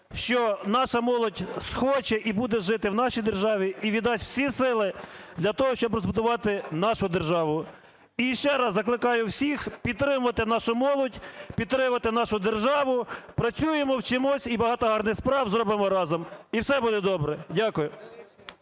що наша молодь схоче і буде жити в нашій державі і віддасть всі сили для того, щоб збудувати нашу державу. І ще раз закликаю всіх підтримати нашу молодь, підтримати нашу державу. Працюємо, вчимось і багато гарних справ зробимо разом. І все буде добре. Дякую.